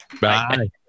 Bye